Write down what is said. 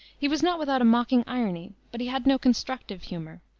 he was not without a mocking irony, but he had no constructive humor,